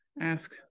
ask